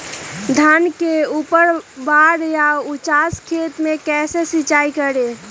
धान के ऊपरवार या उचास खेत मे कैसे सिंचाई करें?